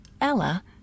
Ella